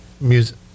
music